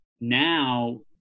Now